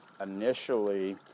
initially